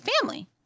family